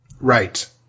Right